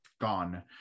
gone